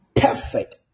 perfect